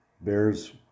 Bears